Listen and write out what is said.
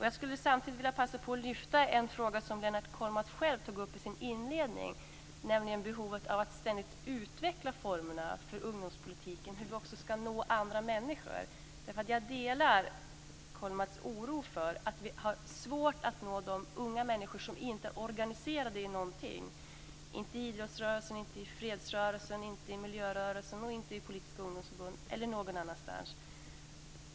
Jag skulle samtidigt vilja passa på att lyfta fram en fråga som Lennart Kollmats själv tog upp i sin inledning, nämligen behovet av att ständigt utveckla formerna för ungdomspolitiken, hur vi också ska nå andra människor. Jag delar Kollmats oro för att vi har svårt att nå de unga människor som inte är organiserade i någonting, inte i idrottsrörelsen, fredsrörelsen, miljörörelsen, politiska ungdomsförbund eller någon annanstans.